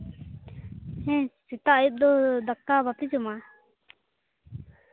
ᱦᱮᱸ ᱥᱮᱛᱟᱜ ᱟᱹᱭᱩᱵ ᱫᱚ ᱫᱟᱠᱟ ᱵᱟᱯᱮ ᱡᱚᱢᱟ